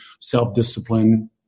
self-discipline